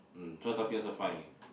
mm throw something also fine